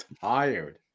tired